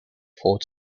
fort